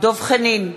דב חנין,